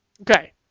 Okay